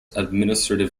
administrative